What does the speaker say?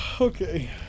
okay